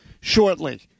shortly